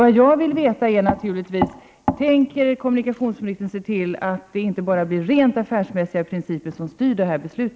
Vad jag vill veta är naturligtvis om kommunikationsministern tänker se till att inte bara rent affärsmässiga principer kommer att styra detta beslut.